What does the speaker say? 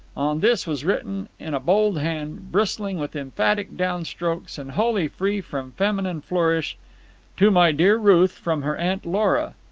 on this was written in a bold hand, bristling with emphatic down-strokes and wholly free from feminine flourish to my dear ruth from her aunt lora.